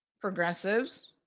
Progressives